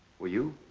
were you?